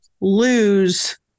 lose